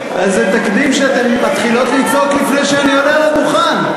אז זה תקדים שאתן מתחילות לצעוק לפני שאני עולה על הדוכן.